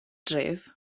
dref